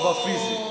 לא בפיזי.